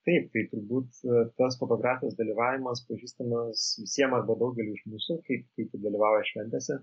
taip tai turbūt ir tas fotografijos dalyvavimas pažįstamas visiem arba daugeliui iš mūsų kaip kaip dalyvauja šventėse